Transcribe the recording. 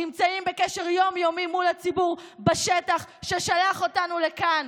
נמצאים בקשר יום-יומי מול הציבור בשטח ששלח אותנו לכאן,